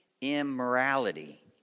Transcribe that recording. immorality